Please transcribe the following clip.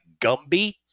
Gumby